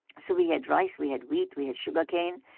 so we had rice, we had wheat, we had sugarcane.